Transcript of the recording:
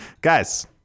Guys